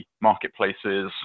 marketplaces